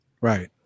Right